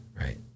right